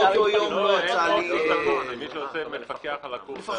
כי המשרד מפקח על תוכני הליבה.